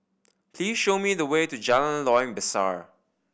please show me the way to Jalan Loyang Besar